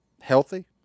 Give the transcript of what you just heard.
healthy